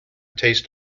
taste